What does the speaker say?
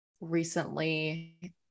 recently